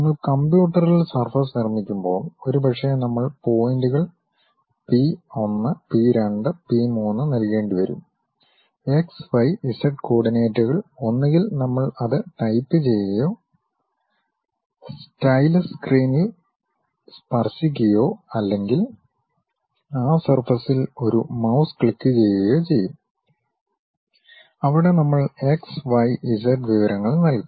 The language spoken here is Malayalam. നിങ്ങൾ കമ്പ്യൂട്ടറിൽ സർഫസ് നിർമ്മിക്കുമ്പോൾ ഒരുപക്ഷേ നമ്മൾ പോയിന്റുകൾ പി 1 പി 2 പി 3 നൽകേണ്ടി വരും എക്സ് വൈ ഇസഡ് കോർഡിനേറ്റുകൾ ഒന്നുകിൽ നമ്മൾ അത് ടൈപ്പ് ചെയ്യുകയോ സ്റ്റൈലസ് സ്ക്രീനിൽ സ്പർശിക്കുകയോ അല്ലെങ്കിൽ ആ സർഫസിൽ ഒരു മൌസ് ക്ലിക്ക് ചെയ്യുകയോ ചെയ്യും അവിടെ നമ്മൾ എക്സ് വൈ ഇസഡ് വിവരങ്ങൾ നൽകും